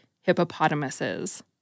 hippopotamuses